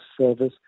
service